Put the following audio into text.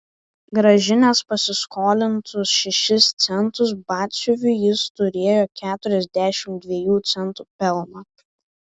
grąžinęs pasiskolintus šešis centus batsiuviui jis turėjo keturiasdešimt dviejų centų pelną